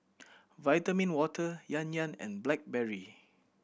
Vitamin Water Yan Yan and Blackberry